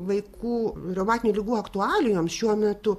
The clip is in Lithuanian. vaikų reumatinių ligų aktualijoms šiuo metu